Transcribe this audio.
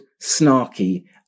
snarky